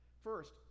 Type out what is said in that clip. First